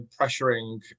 pressuring